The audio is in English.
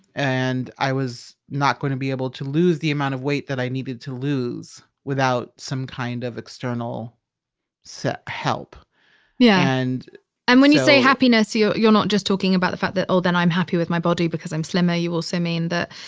and i was not going to be able to lose the amount of weight that i needed to lose without some kind of external so help yeah and and when you say happiness, you're, you're not just talking about the fact that, oh, then i'm happy with my body because i'm slimmer. you also mean that,